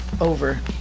over